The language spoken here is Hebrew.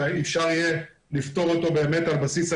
שבתוספת" יקראו "רשות הרישוי תיתן למבקש רישיון לפי טופס 8